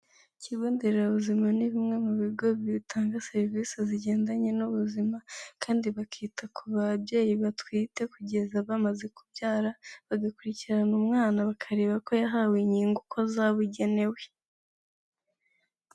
Ikigonderabuzima ni bimwe mu bigo bitanga serivisi zigendanye n'ubuzima kandi bakita ku babyeyi batwite kugeza bamaze kubyara, bagakurikirana umwana bakareba ko yahawe inkingo uko zabugenewe.